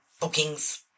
bookings